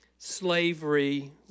Slavery